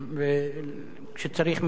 וכשצריך מלה טובה צריך לומר אותה.